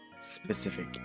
specific